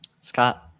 Scott